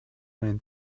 mind